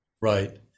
Right